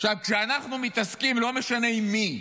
עכשיו כשאנחנו מתעסקים, לא משנה עם מי,